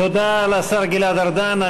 תודה לשר גלעד ארדן.